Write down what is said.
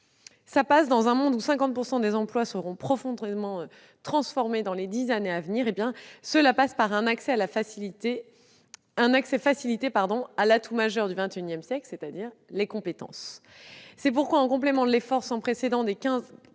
Dans un monde où 50 % des emplois seront profondément transformés dans les dix années à venir, cela passe par un accès facilité à l'atout majeur du XXI siècle : les compétences. C'est pourquoi, en complément de l'effort sans précédent de 15